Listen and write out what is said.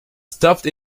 stuffed